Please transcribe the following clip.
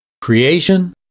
Creation